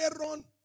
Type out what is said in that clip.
Aaron